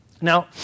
Now